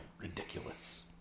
Ridiculous